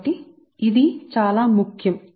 కాబట్టి ఇది చాలా ముఖ్యం